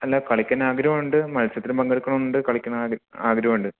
അല്ല കളിക്കാന് ആഗ്രഹമുണ്ട് മത്സരത്തിലും പങ്കെടുക്കണമെന്നുണ്ട് കളിക്കാൻ ആഗ്രഹം ഉണ്ട്